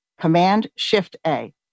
Command-Shift-A